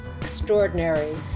extraordinary